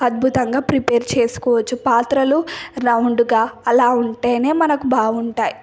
అద్భుతంగా ప్రిపేర్ చేసుకోవచ్చు పాత్రలు రౌండ్గా అలా ఉంటేనే మనకు బాగుంటాయి